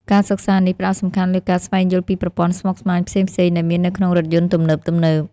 ការសិក្សានេះផ្តោតសំខាន់លើការស្វែងយល់ពីប្រព័ន្ធស្មុគស្មាញផ្សេងៗដែលមាននៅក្នុងរថយន្តទំនើបៗ។